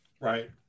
Right